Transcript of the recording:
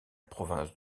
province